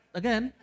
again